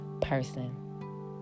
person